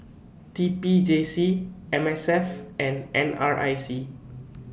T P J C M S F and N R I C